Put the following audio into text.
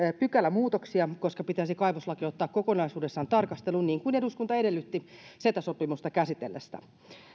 pykälämuutoksia koska pitäisi kaivoslaki ottaa kokonaisuudessaan tarkasteluun niin kuin eduskunta edellytti ceta sopimusta käsiteltäessä